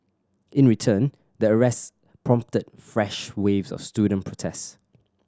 in return the arrest prompted fresh waves of student protest